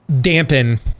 dampen